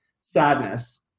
sadness